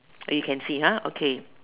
you can see ha okay